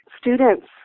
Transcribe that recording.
students